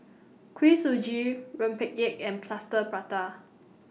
Kuih Suji Rempeyek and Plaster Prata